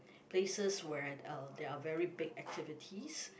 places where uh there are very big activities